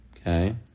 okay